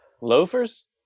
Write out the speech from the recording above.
loafers